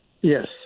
Yes